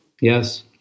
Yes